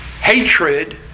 hatred